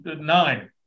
nine